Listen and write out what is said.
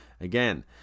Again